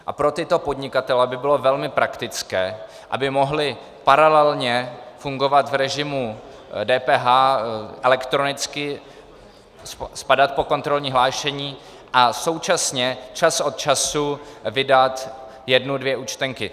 A pro tyto podnikatele by bylo velmi praktické, aby mohli paralelně fungovat v režimu DPH elektronicky, spadat pod kontrolní hlášení a současně čas od času vydat jednu dvě účtenky.